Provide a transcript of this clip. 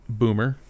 boomer